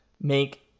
make